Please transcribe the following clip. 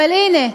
אבל הנה,